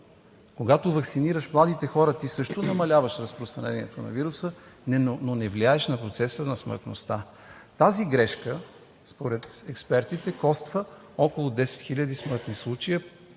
Когато ваксинираш младите хора, ти също намаляваш разпространението на вируса, но не влияеш на процеса на смъртността. Тази грешка според експертите коства около 10 хиляди смъртни случая,